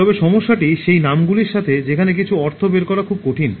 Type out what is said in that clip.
তবে সমস্যাটি সেই নামগুলির সাথে যেখানে কিছু অর্থ বের করা খুব কঠিন